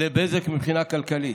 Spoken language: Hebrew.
לבזק מבחינה כלכלית.